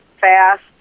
fast